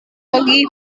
pagi